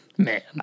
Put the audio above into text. Man